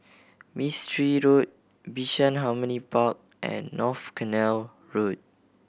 Mistri Road Bishan Harmony Park and North Canal Road